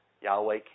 Yahweh